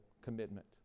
commitment